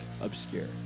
obscure